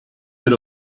bit